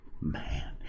man